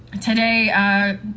today